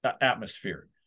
atmosphere